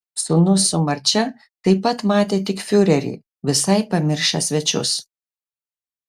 jo sūnus su marčia taip pat matė tik fiurerį visai pamiršę svečius